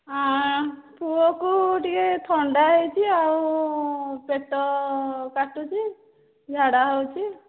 ପୁଅକୁ ଟିକେ ଥଣ୍ଡା ହେଇଛି ଆଉ ପେଟ କାଟୁଛି ଝାଡ଼ା ହେଉଛି